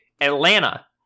Atlanta